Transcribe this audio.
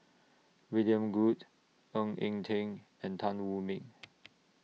William Goode Ng Eng Teng and Tan Wu Meng